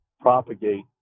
propagate